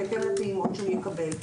ובהתאם לפעימות שהוא יקבל.